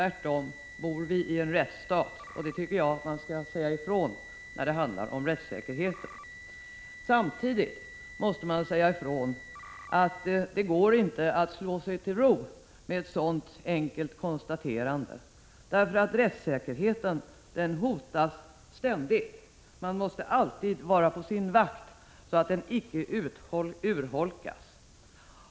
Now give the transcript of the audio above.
Vi bor tvärtom i en rättsstat, och det tycker jag att man skall konstatera. Men samtidigt måste man säga ifrån att det inte går att slå sig till ro med ett sådant enkelt konstaterande. Rättssäkerheten hotas nämligen ständigt. Man måste alltid vara på sin vakt så att den icke urholkas.